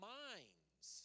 minds